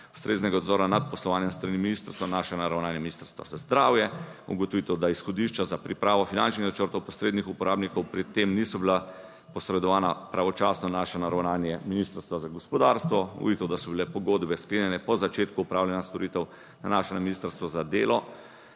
ustreznega nadzora nad poslovanjem s strani ministrstva nanaša na ravnanje Ministrstva za zdravje. Ugotovitev, da izhodišča za pripravo finančnih načrtov posrednih uporabnikov pri tem niso bila posredovana pravočasno, nanaša na ravnanje Ministrstva za gospodarstvo. Omejitev, da so bile pogodbe sklenjene po začetku opravljanja storitev, nanaša na Ministrstvo za delo,